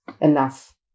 enough